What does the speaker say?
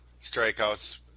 strikeouts